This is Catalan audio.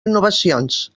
innovacions